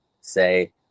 say